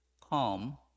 calm